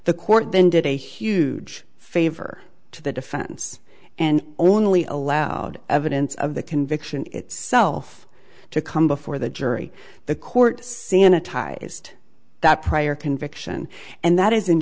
the court then did a huge favor to the defense and only allowed evidence of the conviction itself to come before the jury the court sienna ties to that prior conviction and that is